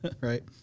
Right